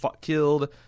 killed